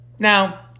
Now